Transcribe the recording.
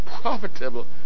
profitable